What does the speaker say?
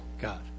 God